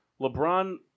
LeBron